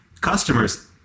Customers